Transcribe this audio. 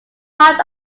part